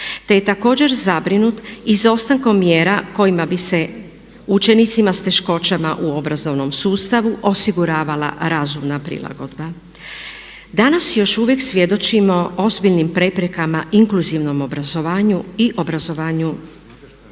te je također zabrinut izostankom mjera kojima bi se učenicima sa teškoćama u obrazovnom sustavu osiguravala razumna prilagodba. Danas još uvijek svjedočimo ozbiljnim preprekama inkluzivnom obrazovanju i obrazovanju